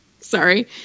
sorry